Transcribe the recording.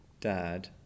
Dad